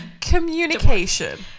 Communication